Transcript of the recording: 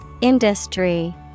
Industry